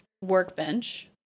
workbench